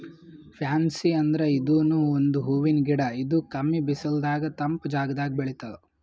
fancy ಅಂದ್ರ ಇದೂನು ಒಂದ್ ಹೂವಿನ್ ಗಿಡ ಇದು ಕಮ್ಮಿ ಬಿಸಲದಾಗ್ ತಂಪ್ ಜಾಗದಾಗ್ ಬೆಳಿತದ್